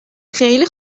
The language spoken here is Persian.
خیلی